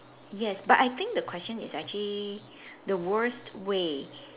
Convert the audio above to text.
yes but I think the question is actually the worst way